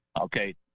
Okay